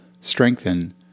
strengthen